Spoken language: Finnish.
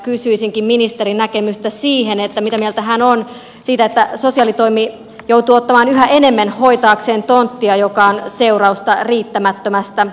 kysyisinkin ministerin näkemystä siihen mitä mieltä hän on siitä että sosiaalitoimi joutuu ottamaan yhä enemmän hoitaakseen tonttia joka on seurausta riittämättömästä asuntotuotannosta